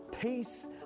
peace